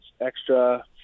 extra